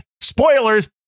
Spoilers